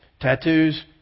tattoos